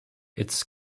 its